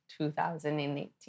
2018